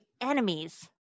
enemies